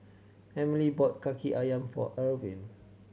Emely bought Kaki Ayam for Ervin